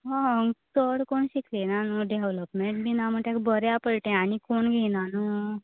हो चड कोण शिकयना न्हूं डेवल्पमेंट बी ना न्हूं तेका बऱ्या पडलें तें आनी कोण घेयना न्हूं